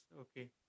okay